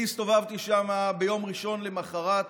אני הסתובבתי שם ביום שני למוחרת,